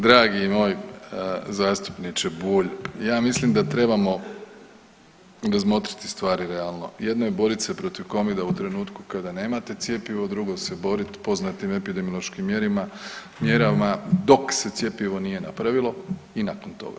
Dragi moj zastupniče Bulj, ja mislim da trebamo razmotriti stvari realno, jedno je borit se protiv covida u trenutku kada nemate cjepivo, drugo se borat poznatim epidemiološkim mjerama dok se cjepivo nije napravilo i nakon toga.